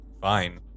fine